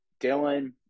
Dylan